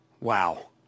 Wow